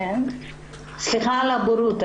סליחה על הבורות,